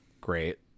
great